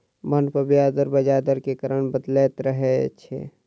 bond पर ब्याज दर बजार दर के कारण बदलैत रहै छै